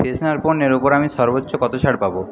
freshener পণ্যের ওপর আমি সর্বোচ্চ কত ছাড় পাব